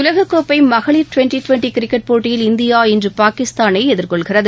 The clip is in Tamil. உலகக்கோப்பை மகளிர் டிவெண்டி டிவெண்டி கிரிக்கெட் போட்டியில் இந்தியா இன்று பாகிஸ்தானை எதிர்கொள்கிறது